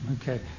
Okay